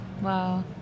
Wow